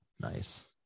Nice